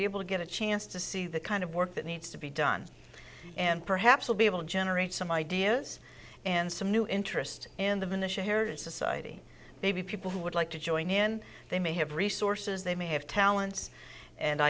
be able to get a chance to see the kind of work that needs to be done and perhaps will be able to generate some ideas and some new interest in them in a shared society maybe people who would like to join in they may have resources they may have talents and